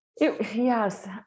Yes